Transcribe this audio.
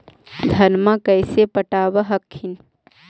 धन्मा कैसे पटब हखिन?